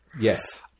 Yes